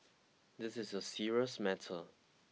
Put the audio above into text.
this is a serious matter